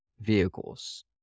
vehicles